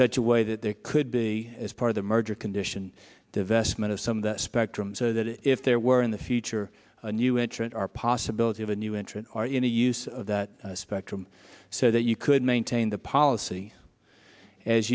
such a way that there could be as part of the merger condition divestment of some spectrum so that if there were in the future a new entrant are possibility of a new entrant in the use of that spectrum so that you could maintain the policy as